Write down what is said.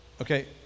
okay